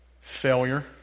Failure